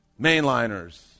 mainliners